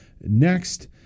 next